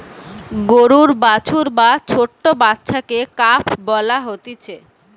গরুর বাছুর বা ছোট্ট বাচ্চাকে কাফ বলা হতিছে